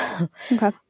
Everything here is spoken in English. Okay